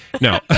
No